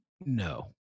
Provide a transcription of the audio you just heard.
no